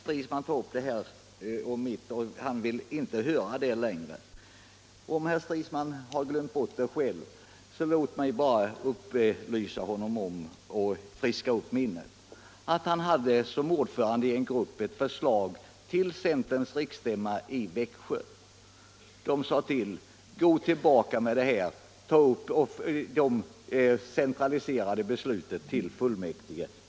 Fru talman! Herr Stridsman tog upp centerpartiets befolkningsramar som han inte vill höra om längre. Låt mig friska upp minnet, om herr Stridsman har glömt bort hur det var. Såsom ordförande i en grupp hade han ett förslag till centerns riksstämma i Växjö: Gå tillbaka med detta. Ta upp decentraliseringsbesluten i fullmäktige.